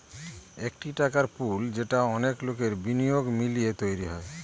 একটি টাকার পুল যেটা অনেক লোকের বিনিয়োগ মিলিয়ে তৈরী হয়